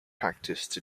practiced